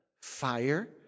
Fire